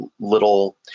little